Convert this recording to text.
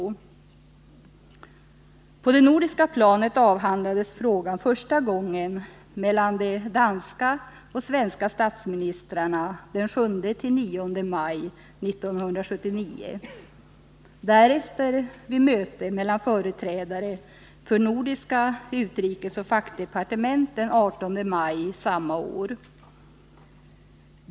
På det nordiska planet avhandlades frågan första gången mellan de danska och svenska statsministrarna den 7-9 maj 1979 och därefter vid ett möte mellan företrädare för nordiska utrikesoch fackdepartement den 18 maj samma år.